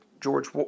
George